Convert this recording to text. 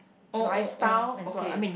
oh oh oh okay